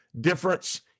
difference